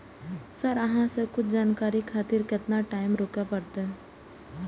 Sir अहाँ से कुछ जानकारी खातिर केतना टाईम रुके परतें?